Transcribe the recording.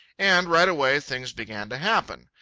and right away things began to happen.